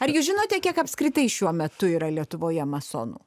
ar jūs žinote kiek apskritai šiuo metu yra lietuvoje masonų